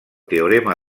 teorema